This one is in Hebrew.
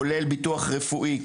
כולל ביטוח רפואי,